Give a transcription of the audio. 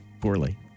poorly